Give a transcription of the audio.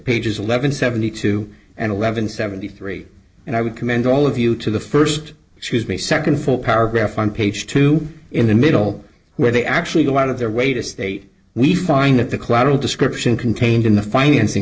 pages eleven seventy two and eleven seventy three and i would commend all of you to the first she's base second for paragraph on page two in the middle where they actually go out of their way to state we find that the collateral description contained in the financing